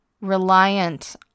reliant